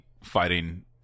fighting